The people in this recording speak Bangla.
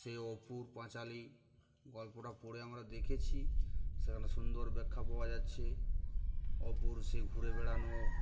সে অপুর পাঁচালি গল্পটা পড়ে আমরা দেখেছি সেখানে সুন্দর ব্যাখ্যা পাওয়া যাচ্ছে অপুর সে ঘুরে বেড়ানো